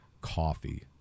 coffee